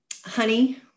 honey